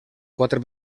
quatre